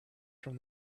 from